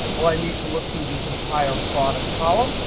well, i need to look through the entire product column.